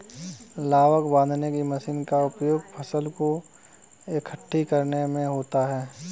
लावक बांधने की मशीन का उपयोग फसल को एकठी करने में होता है